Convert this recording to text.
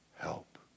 help